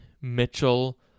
Mitchell